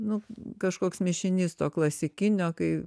nu kažkoks mišinys to klasikinio kai